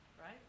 right